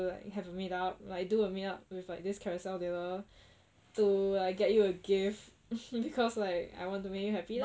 like have a meet up like do a meet up with like this Carousell dealer to like get you a gift because like I want to make you happy lah